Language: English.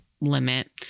limit